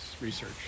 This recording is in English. research